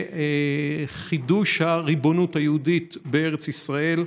וחידוש הריבונות היהודית בארץ ישראל,